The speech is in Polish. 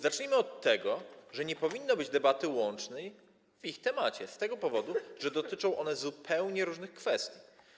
Zacznijmy od tego, że nie powinno być debaty łącznej na ich temat z tego powodu, że dotyczą one zupełnie różnych kwestii.